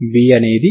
v అనేది u